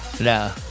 No